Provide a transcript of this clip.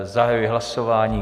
Zahajuji hlasování.